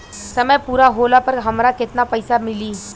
समय पूरा होला पर हमरा केतना पइसा मिली?